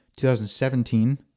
2017